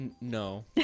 no